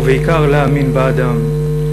ובעיקר להאמין באדם.